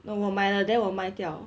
no 我买了 then 我卖掉